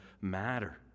matter